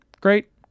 great